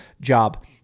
job